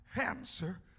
answer